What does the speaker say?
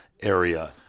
area